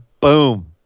Boom